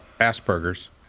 Asperger's